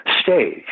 stage